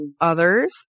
others